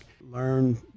learn